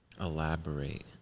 Elaborate